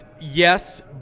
yes